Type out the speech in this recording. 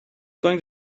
going